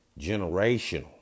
Generational